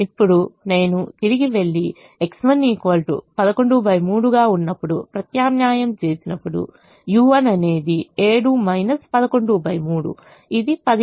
ఇప్పుడు నేను తిరిగి వెళ్లి X1 113 గా ఉన్నప్పుడు ప్రత్యామ్నాయం చేసినప్పుడు u1 అనేది 7 11 3 ఇది 103